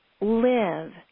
live